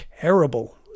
terrible